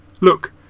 Look